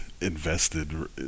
invested